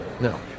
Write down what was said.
no